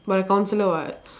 but I counsellor [what]